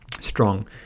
strong